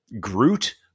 Groot